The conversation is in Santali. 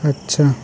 ᱟᱪᱪᱷᱟ